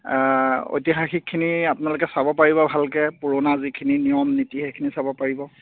ঐতিহাসিকখিনি আপোনালোকে চাব পাৰিব ভালকৈ পুৰণা যিখিনি নিয়ম নীতি সেইখিনি চাব পাৰিব